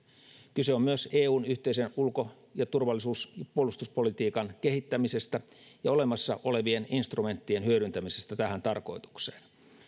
kyse on myös eun yhteisen ulko ja turvallisuus ja puolustuspolitiikan kehittämisestä ja olemassa olevien instrumenttien hyödyntämisestä tähän tarkoitukseen